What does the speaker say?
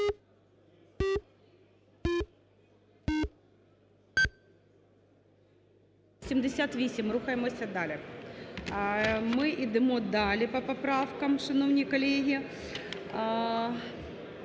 78, рухаємося далі. Ми йдемо далі по поправках, шановні колеги.